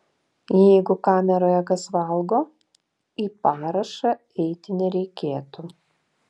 jeigu kameroje kas valgo į parašą eiti nereikėtų